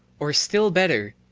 or still better,